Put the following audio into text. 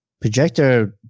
Projector